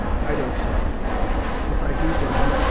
i don't suffer if i do die,